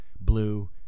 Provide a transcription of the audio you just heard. blue